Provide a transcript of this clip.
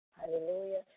Hallelujah